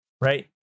right